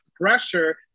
pressure